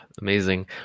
Amazing